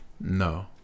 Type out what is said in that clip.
no